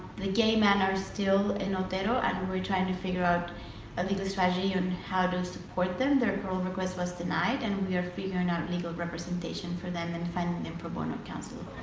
the gay men are still in otero and we're trying to figure out a legal strategy on and how to support them. their parole request was denied and we are figuring out legal representation for them and finding them pro bono counsel.